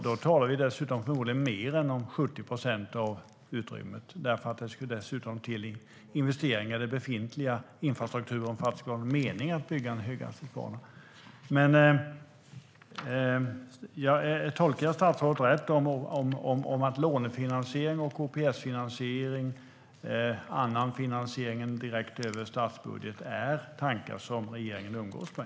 Då talar vi förmodligen om mer än 70 procent av utrymmet. Det ska ju dessutom till investeringar i den befintliga infrastrukturen för att det ska vara någon mening med att bygga en höghastighetsbana. Tolkar jag statsrådet rätt att lånefinansiering, OPS-finansiering eller annan finansiering är tankar som regeringen umgås med?